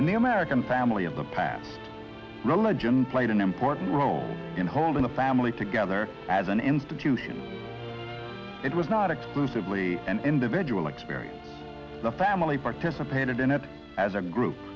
and the american family of the past religion played an important role in holding a family together as an institution it was not exclusively an individual experience the family participated in it as a group